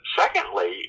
secondly